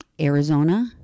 Arizona